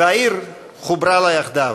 והעיר חוברה לה יחדיו.